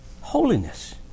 Holiness